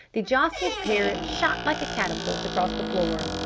the jostled parrot shot like a catapult across the floor!